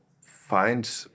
find